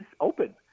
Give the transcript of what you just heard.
open